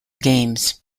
games